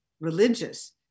religious